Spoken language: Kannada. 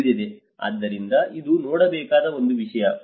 ಆದ್ದರಿಂದ ಇದು ನೋಡಬೇಕಾದ ಒಂದು ವಿಷಯ